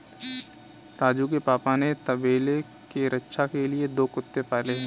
राजू के पापा ने तबेले के रक्षा के लिए दो कुत्ते पाले हैं